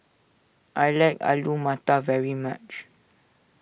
I like Alu Matar very much